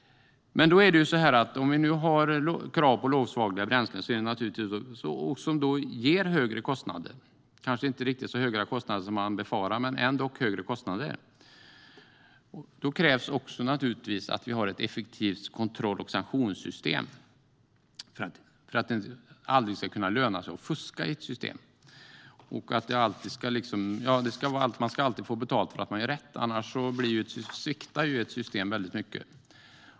Om vi nu har krav på lågsvavliga bränslen som ger högre kostnader - kanske inte riktigt så höga som man befarar men ändock högre - krävs också naturligtvis att vi har ett effektivt kontroll och sanktionssystem för att det aldrig ska kunna löna sig att fuska i ett system. Man ska alltid få betalt för att man gör rätt. Annars sviktar ett system mycket.